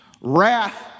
Wrath